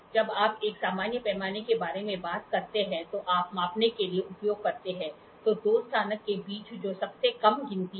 जब आप एक सामान्य पैमाने के बारे में बात करते हैं जो आप मापने के लिए उपयोग करते हैं तो दो स्नातक के बीच जो सबसे कम गिनती है